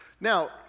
Now